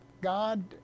God